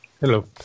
Hello